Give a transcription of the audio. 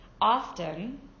often